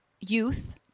youth